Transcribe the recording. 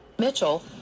mitchell